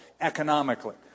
economically